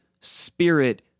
spirit